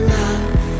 love